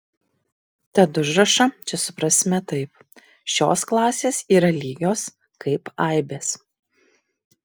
tad užrašą čia suprasime taip šios klasės yra lygios kaip aibės